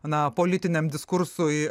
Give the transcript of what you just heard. na politiniam diskursui